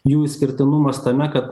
jų išskirtinumas tame kad